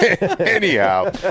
Anyhow